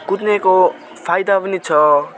कुद्नेको फाइदा पनि छ